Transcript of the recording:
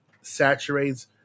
saturates